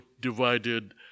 divided